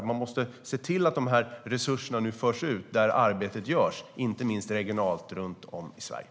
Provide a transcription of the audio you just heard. Man måste se till att de här resurserna nu förs ut dit där arbetet görs, inte minst regionalt runt om i Sverige.